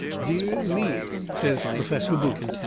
dear me, says perfesser booth,